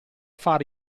far